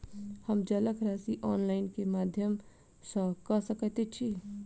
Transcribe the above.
हम जलक राशि ऑनलाइन केँ माध्यम सँ कऽ सकैत छी?